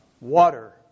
water